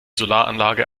solaranlage